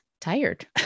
tired